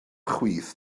chwith